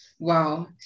Wow